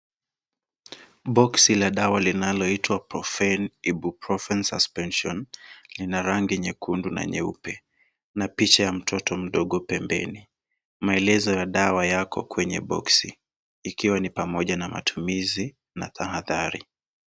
Boxi la dawa linaloitwa profane ibuprofen suspension lina rangi nyekundu na nyeupe na picha ya mtoto mdogo pembeni maelezo ya dawa yako kwenye boxi ikiwa ni pamoja na matumizi na tahadhari.